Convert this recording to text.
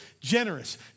Generous